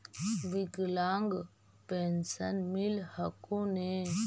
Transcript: विकलांग पेन्शन मिल हको ने?